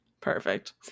Perfect